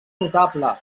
notable